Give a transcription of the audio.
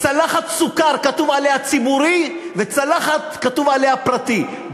צלחת סוכר שכתוב עליה ציבורי וצלחת שכתוב עליה פרטי.